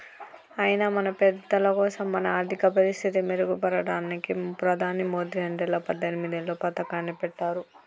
అయినా మన పెద్దలకోసం మన ఆర్థిక పరిస్థితి మెరుగుపడడానికి ప్రధాని మోదీ రెండేల పద్దెనిమిదిలో పథకాన్ని పెట్టారు